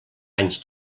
anys